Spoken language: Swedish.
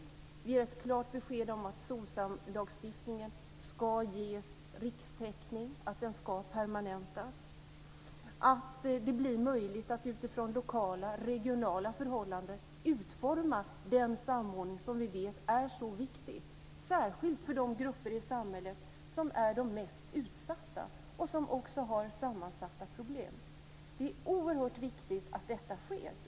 Vi ger att klart besked om att Socsamlagstiftningen ska ges rikstäckning och permanentas. Det blir möjligt att utifrån lokala och regionala förhållanden utforma den samordning som vi vet är så viktig särskilt för de grupper i samhället som är de mest utsatta och som också har sammansatta problem. Det är oerhört viktigt att detta sker.